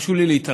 תרשו לי להתרגש,